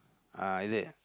uh இது:ithu